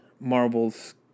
Marvel's